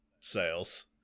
sales